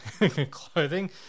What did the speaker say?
clothing